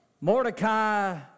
Mordecai